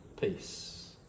peace